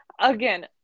Again